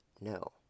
no